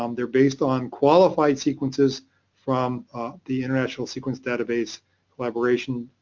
um they're based on qualified sequences from the international sequence database collaboration,